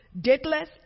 dateless